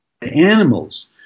animals